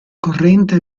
corrente